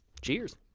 Cheers